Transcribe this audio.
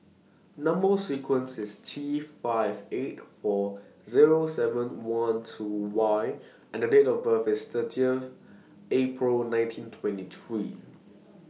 Number sequence IS T five eight four Zero seven one two Y and Date of birth IS thirteen April nineteen twenty three